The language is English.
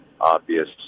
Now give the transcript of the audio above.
obvious